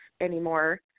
anymore